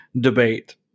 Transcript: debate